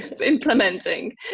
implementing